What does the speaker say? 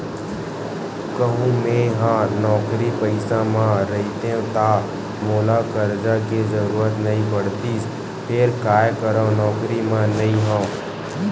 कहूँ मेंहा नौकरी पइसा म रहितेंव ता मोला करजा के जरुरत नइ पड़तिस फेर काय करव नउकरी म नइ हंव